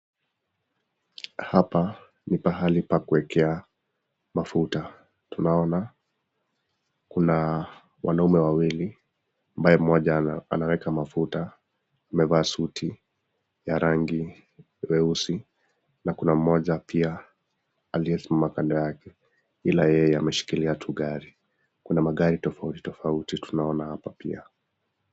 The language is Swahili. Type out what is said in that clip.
Hapa ni pahali pakuekea mafuta, tunaona kuna wanaume wawili, ambaye mmoja anaweka mafuta amevalia suti ya rangi nyeusi nakuna mmoja aliye simama kando yake ila yeye ameshikilia tu gari, kuna magari tofauti tofauti tunaona hapa pia.